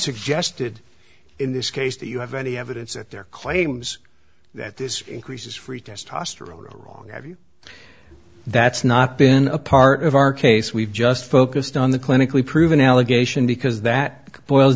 suggested in this case that you have any evidence at their claims that this increases free testosterone that's not been a part of our case we've just focused on the clinically proven allegation because that boils